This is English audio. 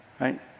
right